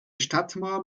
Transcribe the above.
stadtmauer